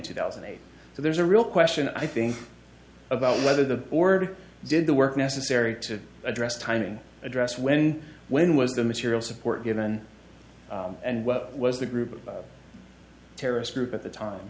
two thousand and eight to there's a real question i think about whether the already did the work necessary to address timing address when when was the material support given and what was the group terrorist group at the time